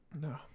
No